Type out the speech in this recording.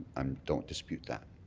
um don't dispute that.